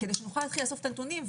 כדי שנוכל להתחיל לאסוף נתונים,